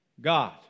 God